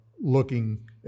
looking